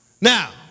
Now